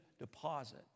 deposit